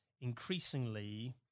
increasingly